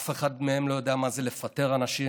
אף אחד מהם לא יודע מה זה לפטר אנשים.